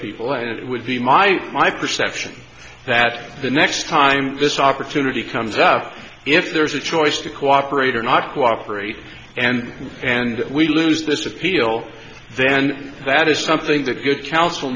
people and it would be my my perception that the next time this opportunity comes up if there's a choice to cooperate or not cooperate and and we lose this appeal then that is something that good counsel